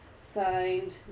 Signed